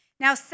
Now